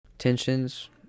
Tensions